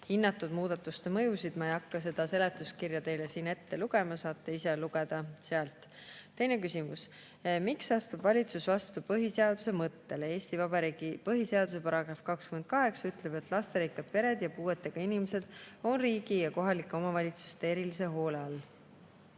hinnatud muudatuste mõjusid. Ma ei hakka seda seletuskirja teile siin ette lugema, saate ise sealt lugeda. Teine küsimus: "Miks astub valitsus vastu põhiseaduse mõttele? Eesti Vabariigi põhiseaduse §28 ütleb, et lasterikkad pered ja puuetega inimesed on riigi ja kohalike omavalitsuste erilisehoole all."